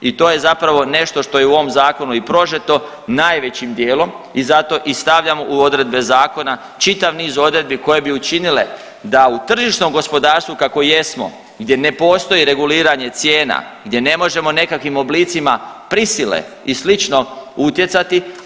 I to je zapravo nešto što je u ovom zakonu i prožeto najvećim dijelom i zato i stavljam u odredbe zakona čitav niz odredbi koje bi učinile da u tržišnom gospodarstvu kako jesmo, gdje ne postoji reguliranje cijena, gdje ne možemo nekakvim oblicima prisile i slično utjecati.